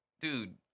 dude